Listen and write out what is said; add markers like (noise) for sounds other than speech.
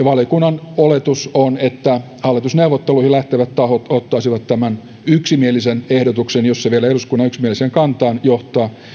(unintelligible) valiokunnan oletus on että hallitusneuvotteluihin lähtevät tahot ottaisivat tämän yksimielisen ehdotuksen jos se vielä eduskunnan yksimieliseen kantaan johtaa